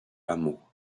hameau